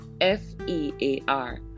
F-E-A-R